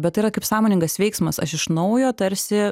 bet tai yra kaip sąmoningas veiksmas aš iš naujo tarsi